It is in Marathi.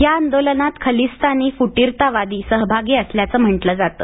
या आंदोलनात खलिस्तानी फुटीरतावादी सहभागी असल्याचं म्हटलं जातं